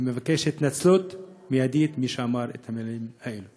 ומבקש התנצלות מיידית ממי שאמר את המילים האלה.